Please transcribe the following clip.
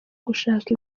gushaka